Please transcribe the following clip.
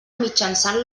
mitjançant